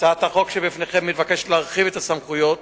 הצעת החוק שבפניכם מבקשת להרחיב את הסמכויות